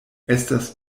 estas